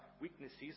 weaknesses